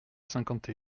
cinquante